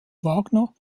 wagner